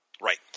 Right